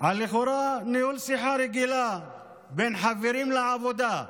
על לכאורה ניהול שיחה רגילה בין חברים לעבודה,